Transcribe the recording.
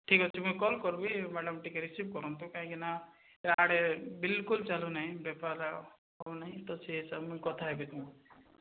ଠିକ୍ ଅଛି ମୁଁ କଲ୍ କରିବି ମ୍ୟାଡ଼ାମ୍ ଟିକେ ରିସିଭ୍ କରନ୍ତୁ କାହିଁକିନା ଇଆଡ଼େ ବିଲକୁଲ୍ ଚାଲୁ ନାହିଁ ବେପାର ହଉ ନାହିଁ ତ ସେ ମୁଁ କଥା ହେବି ତୁମ